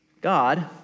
God